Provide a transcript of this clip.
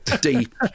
deep